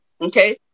Okay